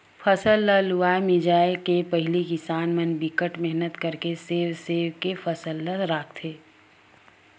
फसल ल लूए मिजे के पहिली किसान मन बिकट मेहनत करके सेव सेव के फसल ल राखथे